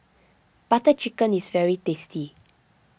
Butter Chicken is very tasty